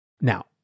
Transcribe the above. Now